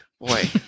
Boy